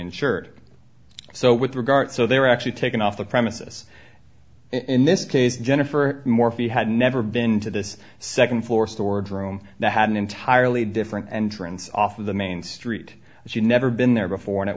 insured so with regard so they were actually taken off the premises in this case jennifer morphy had never been to this second floor storage room that had an entirely different entrances off of the main street and she never been there before and it